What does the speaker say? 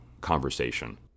conversation